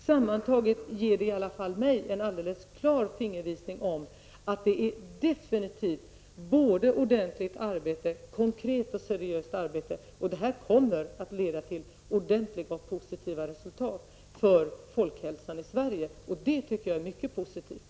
Sammantaget ger det i varje fall mig en alldeles klar fingervisning om att det definitivt gäller ett både konkret och seriöst arbete, som kommer att leda till ordentliga och positiva resultat för folkhälsan i Sverige. Det tycker jag är mycket positivt.